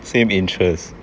same interest